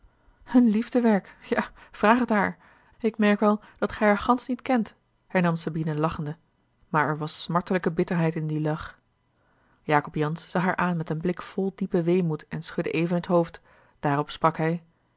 een liefdewerk ja vraag het haar ik merk wel dat gij haar gansch niet kent hernam sabine lachende maar er was smartelijke bitterheid in dien lach jacob jansz zag haar aan met een blik vol diepen weemoed en schudde even het hoofd daarop sprak hij